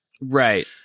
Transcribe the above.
Right